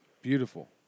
Beautiful